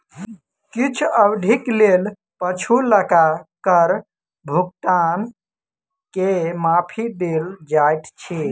किछ अवधिक लेल पछुलका कर भुगतान के माफी देल जाइत अछि